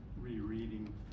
rereading